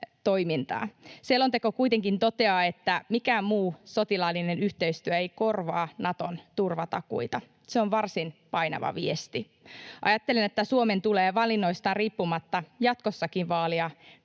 toimintaa. Selonteko kuitenkin toteaa, että mikään muu sotilaallinen yhteistyö ei korvaa Naton turvatakuita. Se on varsin painava viesti. Ajattelen, että Suomen tulee valinnoistaan riippumatta jatkossakin vaalia